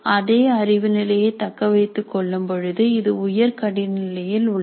அதே அறிவு நிலையை தக்க வைத்துக் கொள்ளும் பொழுது இது உயர் கடின நிலையில் உள்ளது